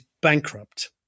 bankrupt